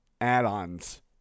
add-ons